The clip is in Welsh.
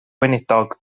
weinidog